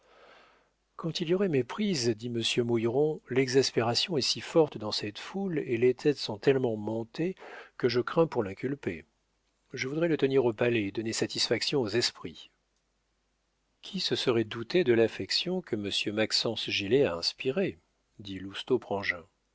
quand il y aurait méprise dit monsieur mouilleron l'exaspération est si forte dans cette foule et les têtes sont tellement montées que je crains pour l'inculpé je voudrais le tenir au palais et donner satisfaction aux esprits qui se serait douté de l'affection que monsieur maxence gilet a inspirée dit